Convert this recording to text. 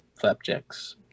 Flapjacks